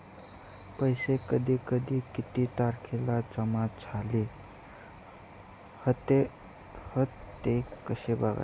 पैसो कधी आणि किती तारखेक जमा झाले हत ते कशे बगायचा?